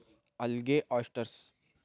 algae, oysters